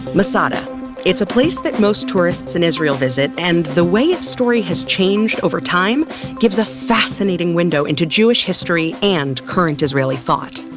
masada its a place where most tourists in israel visit and the way its story has changed overtime gives a fascinating window into jewish history and current israeli thought.